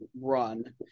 run